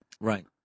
Right